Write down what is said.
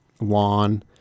lawn